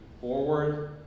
forward